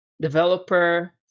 developer